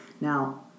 Now